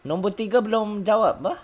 nombor tiga belum jawab ah